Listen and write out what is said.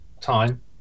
time